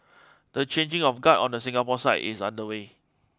the changing of guard on the Singapore side is underway